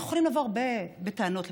אנחנו יכולים לבוא הרבה בטענות לפוליטיקאים,